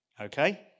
okay